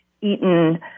Eaton